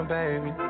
baby